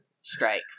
strike